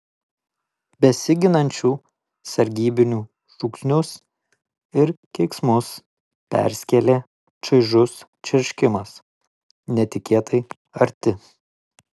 besiginančių sargybinių šūksnius ir keiksmus perskėlė čaižus čerškimas netikėtai arti